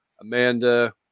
Amanda